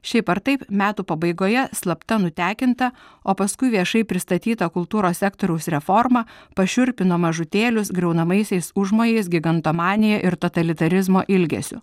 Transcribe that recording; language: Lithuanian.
šiaip ar taip metų pabaigoje slapta nutekinta o paskui viešai pristatyta kultūros sektoriaus reforma pašiurpino mažutėlius griaunamaisiais užmojais gigantomanija ir totalitarizmo ilgesiu